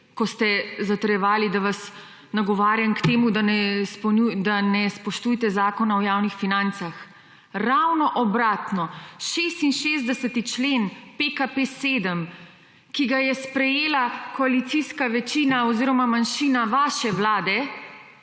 ko ste zatrjevali, da vas nagovarjam k temu, da ne spoštujte Zakona o javnih financah. Ravno obratno. 66. člen PKP7, ki ga je sprejela koalicijska večina oziroma manjšina vaše vlade,